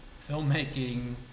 filmmaking